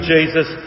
Jesus